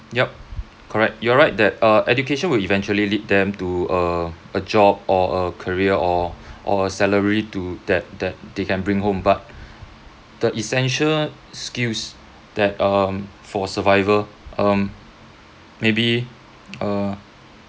yup correct you're right that uh education will eventually lead them to a job or a career or or salary to that that they can bring home but the essential skills that um for survival um maybe uh